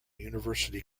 university